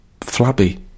flabby